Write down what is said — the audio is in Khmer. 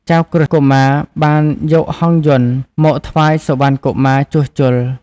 ចៅក្រឹស្នកុមារបានយកហង្សយន្តមកថ្វាយសុវណ្ណកុមារជួសជុល។